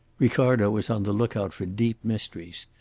ricardo was on the look-out for deep mysteries.